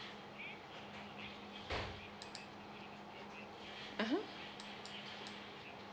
(uh huh)